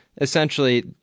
essentially